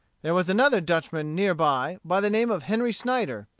there was another dutchman near by, by the name of henry snyder.